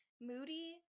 Moody